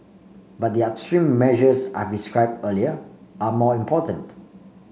but the upstream measures I've describe earlier are more important